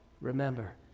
remember